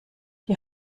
die